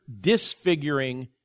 disfiguring